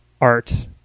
art